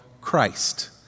Christ